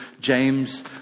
James